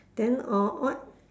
then err what